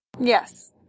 Yes